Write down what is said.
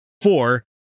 four